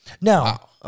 Now